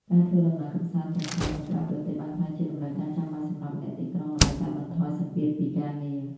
ការធ្វើដំណើរកម្សាន្តទាំងក្នុង និងក្រៅប្រទេស បានក្លាយជាតម្រូវការចាំបាច់សម្រាប់អ្នកទីក្រុងដើម្បីកាត់បន្ថយសម្ពាធពីការងារ។